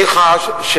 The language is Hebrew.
אני חש,